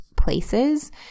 places